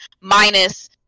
minus